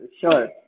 Sure